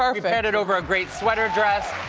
um we put it over a great sweater dress.